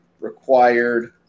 required